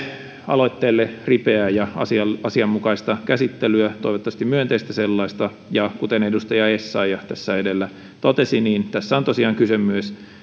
aloitteelle ripeää ja asianmukaista käsittelyä toivottavasti myönteistä sellaista ja kuten edustaja essayah tässä edellä totesi tässä on tosiaan kyse myös